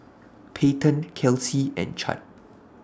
Payten Kelsie and Chadd